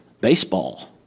Baseball